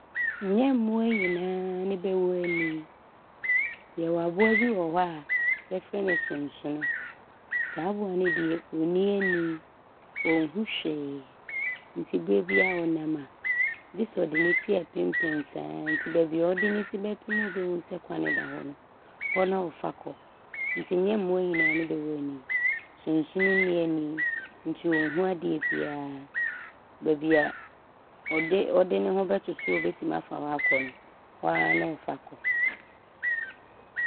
Nyɛ mmoa nyinaa ne bɛwɔ ani. Yɛwɔ aboa bi wɔ hɔ a bɛfrɛ no sonsono. Saa aboa no deɛ ɔnni ani. Ɔnhu hwee nti berɛ biaa ɔnam a gye sɛ ɔde ne ti ɔɔpempem saa nti baabi a ɔde ne ti bɛpem a ɔbɛhu sɛ kwan da hɔ no, hɔ ne ɔfa kɔ. Nti nyɛ mmoa nyinaa ne bɛwɔ ani. Sonsono nni ani nti ɔnhu adeɛ biaa. Baabi a ɔde ne ho bɛtoto a ɔbɛtim afa hɔ akɔ no, hɔ a ne ɔfa kɔ.